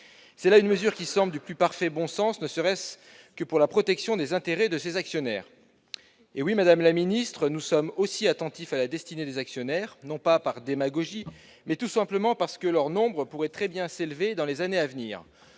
Cette mesure semble être du plus parfait bon sens, ne serait-ce que pour la protection des intérêts de ces actionnaires. Oui, madame la secrétaire d'État, nous sommes aussi attentifs à la destinée des actionnaires, non par démagogie, mais tout simplement parce que leur nombre pourrait très bien s'élever dans les années à venir,